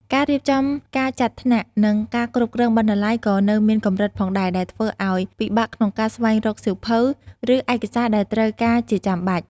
ការរៀបចំ ការចាត់ថ្នាក់ និងការគ្រប់គ្រងបណ្ណាល័យក៏នៅមានកម្រិតផងដែរ ដែលធ្វើឱ្យពិបាកក្នុងការស្វែងរកសៀវភៅ ឬឯកសារដែលត្រូវការជាចាំបាច់។